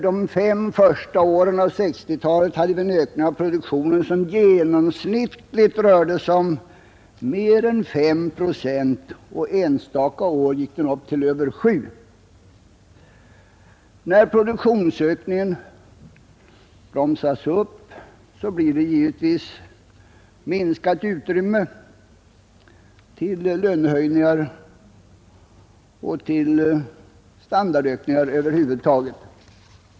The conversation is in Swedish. De fem första åren av 1960-talet hade vi en ökning av produktionen som genomsnittligt rörde sig om mer än 5 procent, och enstaka år gick den upp till över 7 procent. När produktionsökningen bromsas upp, blir det givetvis minskat utrymme för lönehöjningar och för standardökningar över huvud taget.